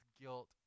guilt